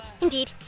Indeed